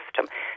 system